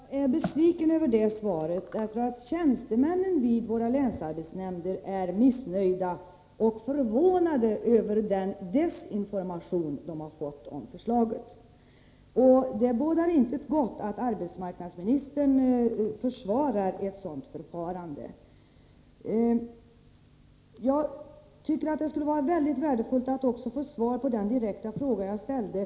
Herr talman! Jag är besviken över det svaret. Tjänstemännen vid våra länsarbetsnämnder är missnöjda med och förvånade över den desinformation som de har fått om förslaget. Det bådar inte gott att arbetsmarknadsministern försvarar ett sådant förfarande. Det skulle vara mycket värdefullt att få ett svar på den direkta fråga som jag ställde.